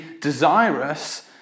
desirous